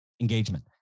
engagement